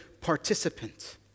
participant